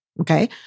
okay